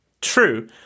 True